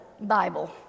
Bible